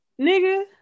nigga